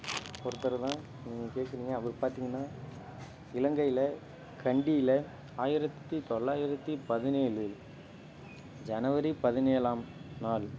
ஒருத்தரை தான் நீங்கள் கேட்குறீங்க அவருப் பார்த்திங்கன்னா இலங்கையில் கண்டியில் ஆயரத்து தொள்ளாயரத்து பதினேலு ஜனவரி பதினேலாம் நாள்